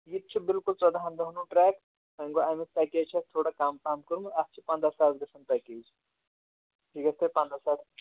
ییٚتہِ چھِ بِلکُل ژۄدہَن دۄہن ہُنٛد ٹرٛیک وۄنۍ گوٚو اَمیُک پیکیج چھُ اَسہِ تھوڑا کَم پَہمَ کوٚرمُت اَتھ چھِ پنٛداہ ساس گژھان پیکیج یہِ گژھِ تۄہہِ پنٛداہ ساس